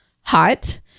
hot